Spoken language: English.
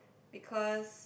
because